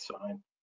sign